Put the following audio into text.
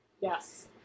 yes